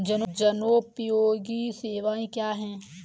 जनोपयोगी सेवाएँ क्या हैं?